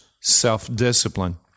self-discipline